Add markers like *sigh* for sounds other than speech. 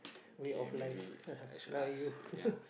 way of life *laughs* now you *laughs*